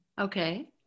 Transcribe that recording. Okay